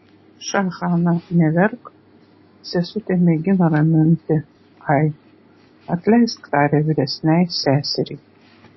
ša hana neverk sesute mėgino raminti ai atleisk tarė vyresnei seseriai